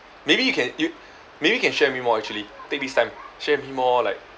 maybe you can you maybe can share with me more actually take this time share with me more like